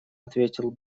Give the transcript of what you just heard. ответил